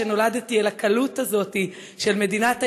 שנולדתי אל הקלות הזאת של מדינת היהודים,